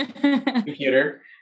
Computer